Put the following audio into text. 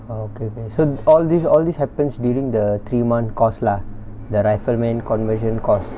oh okay okay so all this all this happens during the three month course lah the rifleman conversion course